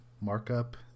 markup